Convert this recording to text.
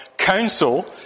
Council